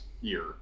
year